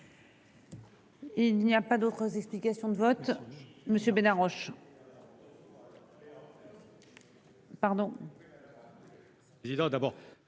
Il n'y a pas d'autres explications de vote, Monsieur Bénard Roche.